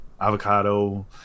avocado